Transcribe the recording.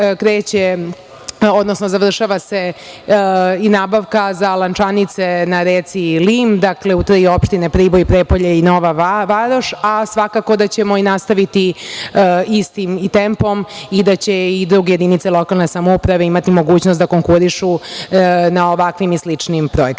odnosno završava se i nabavka za lančanice na reci i lim, dakle, u toj opštini Priboj i Prijepolje i Nova Varoš, a svakako da ćemo i nastaviti istim tempom i da će i druge jedinice lokalne samouprave imati mogućnost da konkurišu na ovakvim i sličnim projektima.